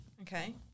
Okay